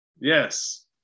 Yes